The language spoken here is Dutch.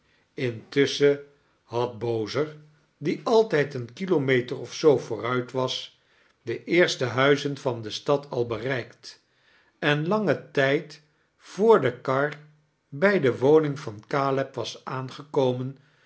intusechen had bozer die altijd een kilometer of zoo vooruit was de eerste huizein van de stad al bereikt en langen tijd voor de kar bij de woning van caleb was aangekomen